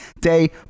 Day